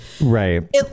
right